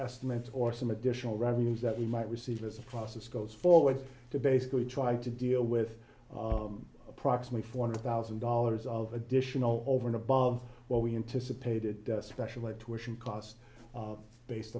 estimates or some additional revenues that we might receive as a process goes forward to basically try to deal with approximately four hundred thousand dollars of additional over and above what we anticipated especially torsion cost based